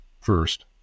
first